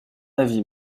avis